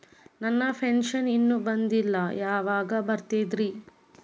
ನನ್ನ ಪೆನ್ಶನ್ ಇನ್ನೂ ಬಂದಿಲ್ಲ ಯಾವಾಗ ಬರ್ತದ್ರಿ?